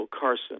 Carson